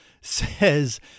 says